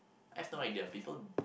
I have no idea people